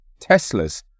Teslas